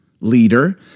leader